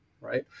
right